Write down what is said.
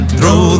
Throw